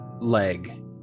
leg